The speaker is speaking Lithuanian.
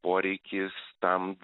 poreikis tam